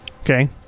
Okay